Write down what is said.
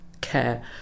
care